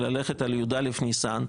ללכת על י"א ניסן,